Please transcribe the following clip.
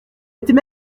était